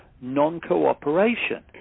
non-cooperation